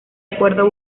acuerdo